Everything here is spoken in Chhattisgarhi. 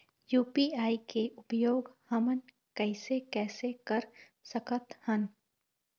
यू.पी.आई के उपयोग हमन कैसे कैसे कर सकत हन?